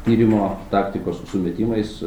tyrimo taktikos sumetimais